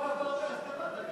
החוק עבר בממשלה.